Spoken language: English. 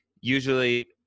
usually